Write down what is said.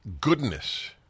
goodness